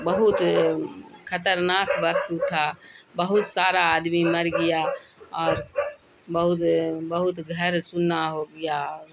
بہت خطرناک وقت تھا بہت سارا آدمی مر گیا اور بہت بہت گھر سونا ہو گیا